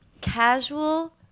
casual